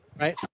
right